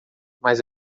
mas